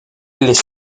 les